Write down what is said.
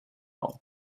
all